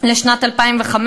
לשנת 2015,